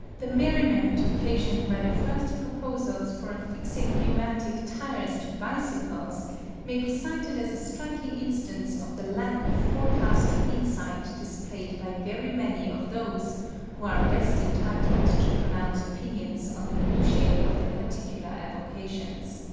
the merriment occasioned by the first proposals for affixing pneumatic tyres to bicycles may be cited as a striking instance of the lack of forecasting insight displayed by very many of those who are best entitled to pronounce opinions on the minutiae of their particular avocations.